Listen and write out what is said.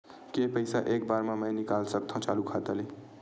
के पईसा एक बार मा मैं निकाल सकथव चालू खाता ले?